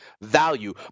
value